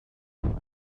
man